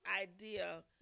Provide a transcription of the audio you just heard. idea